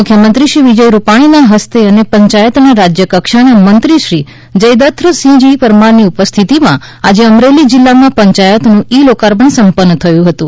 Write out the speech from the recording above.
મુખ્યમંત્રી શ્રી વિજયભાઈ રૂપાણીના હસ્તે અને પંચાયતના રાજ્ય કક્ષાના મંત્રીશ્રી જયદ્રથસિંહજી પરમારની ઉપસ્થિતિમાં આજે અમરેલી જિલ્લા પંચાયતનું ઈ લોકાર્પણ સંપન્ન થયું હતું